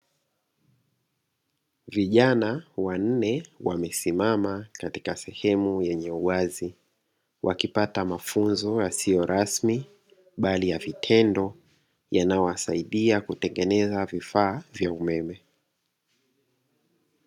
Vijana wanne wamesimama katika sehemu yenye uwazi, wakipata mafunzo yasiyo rasmi bali ya vitendo yanayowasaidia kutengeneza vifaa vya umeme.